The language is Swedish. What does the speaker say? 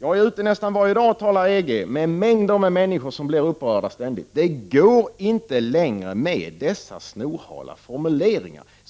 Jag är ute nästan varje dag och talar EG. Det är mängder av människor som ständigt blir upprörda. Det går inte längre med dessa snorhala formule ringar.